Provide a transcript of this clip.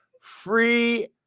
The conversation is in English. free